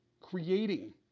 creating